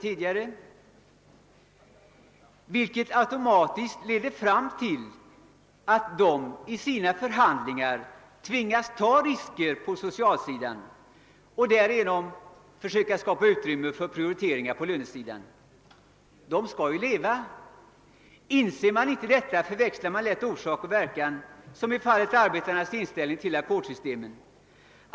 i genomsnitt för tjänstemännen. Detta har automatiskt lett till att arbetarna i sina förhandlingar har tvingats ta risker på socialsidan och därigenom försöka skapa utrymme för prioriteringar på lönesidan. De måste ju leva. Inser man inte detta, förväxlar man lätt orsak och verkan — som när det gäller arbetarnas inställning till ackordssystemen.